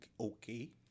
okay